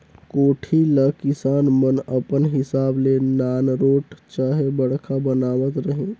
कोठी ल किसान मन अपन हिसाब ले नानरोट चहे बड़खा बनावत रहिन